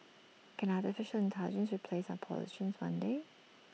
can Artificial Intelligence replace our politicians one day